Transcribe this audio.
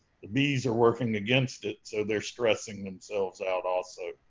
the bees are working against it. so they're stressing themselves out also.